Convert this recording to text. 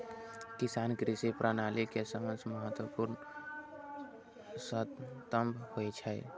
किसान कृषि प्रणाली के सबसं महत्वपूर्ण स्तंभ होइ छै